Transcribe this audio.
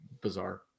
bizarre